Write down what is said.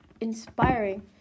inspiring